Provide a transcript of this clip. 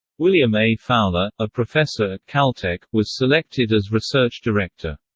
william a. fowler, a professor at caltech, was selected as research director.